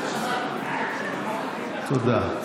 תודה.